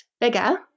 bigger